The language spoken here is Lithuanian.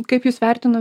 kaip jūs vertinu